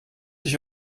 dich